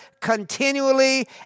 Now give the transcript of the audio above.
continually